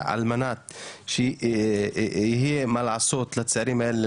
על מנת שיהיה מה לעשות לצעירים האלה,